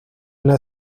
una